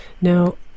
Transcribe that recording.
Now